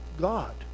God